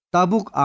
Tabuk